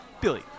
Billy